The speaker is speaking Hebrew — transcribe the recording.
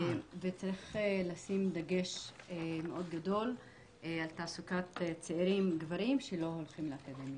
וצריך לשים דגש גדול מאוד על תעסוקת צעירים גברים שלא הולכים לאקדמיה.